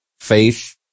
faith